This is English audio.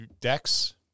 decks